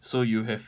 so you have